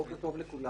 בוקר טוב לכולם.